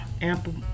ample